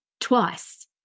twice